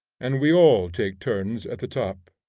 and we all take turns at the top.